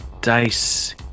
dice